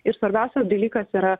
ir svarbiausias dalykas yra